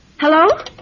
Hello